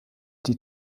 die